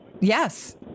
Yes